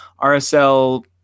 RSL